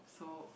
so